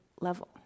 level